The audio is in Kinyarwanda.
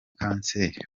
kanseri